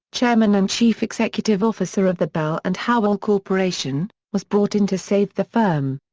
chairman and chief executive officer of the bell and howell corporation, was brought in to save the firm.